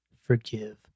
forgive